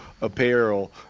apparel